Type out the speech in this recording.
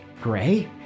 Gray